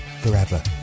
forever